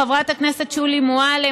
חברת הכנסת שולי מועלם,